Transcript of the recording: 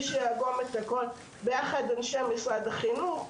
שיאגום את הכל ביחד עם אנשי משרד החינוך,